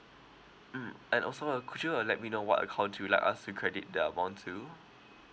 mm and also uh could you uh let me know what account do you like us to credit the amount to